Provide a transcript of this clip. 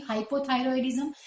Hypothyroidism